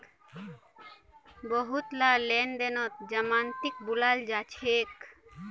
बहुतला लेन देनत जमानतीक बुलाल जा छेक